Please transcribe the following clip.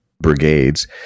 brigades